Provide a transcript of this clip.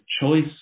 choice